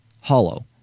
hollow